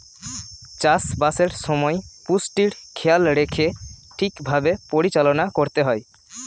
চাষ বাসের সময় পুষ্টির খেয়াল রেখে ঠিক ভাবে পরিচালনা করতে হয়